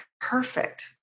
perfect